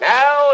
Now